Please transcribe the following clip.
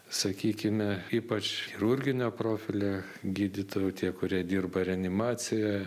sakykime ypač chirurginio profilio gydytojų tie kurie dirba reanimacijoje